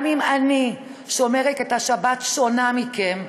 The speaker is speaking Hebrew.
גם אם אני שומרת את השבת שונה מכם,